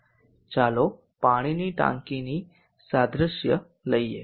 ચાલો પાણીની ટાંકીની સાદ્રશ્ય લઈએ